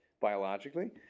biologically